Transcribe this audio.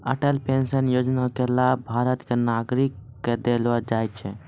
Atal pension Yojana के लाभ भारत के नागरिक क देलो जाय छै